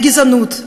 הגזענות,